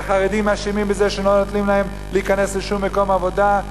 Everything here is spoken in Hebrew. והחרדים אשמים בזה שלא נותנים להם להיכנס לשום מקום עבודה,